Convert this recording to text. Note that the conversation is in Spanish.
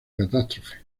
catástrofe